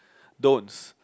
don't